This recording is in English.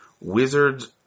Wizards